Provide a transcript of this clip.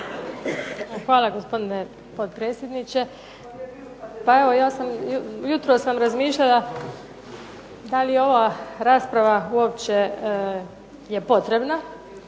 Hvala, gospodine potpredsjedniče. Jutros sam razmišljala da li je ova rasprava uopće potrebna